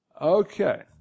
Okay